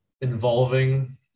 involving